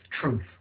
truth